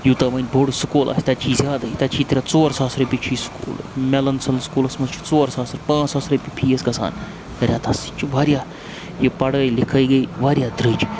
یوٗتاہ وَنۍ بوٚڑ سکوٗل آسہِ تَتہِ چھِ زیادٕے تَتہِ چھِی ترے ژور ساس رۄپیہِی سکوٗل میلَنسن سکوٗلَس منٛز چھِ ژور ساس پانٛژھ ساس رۄپیہِ فیٖس گژھان رٮ۪تَس چھِ واریاہ یہِ پَڑٲے لِکھٲے گٔے واریاہ درٛج